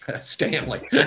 Stanley